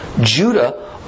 Judah